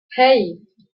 hey